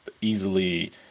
easily